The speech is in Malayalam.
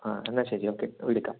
ആ എന്നാൽ ശരി ഓക്കെ വിളിക്കാം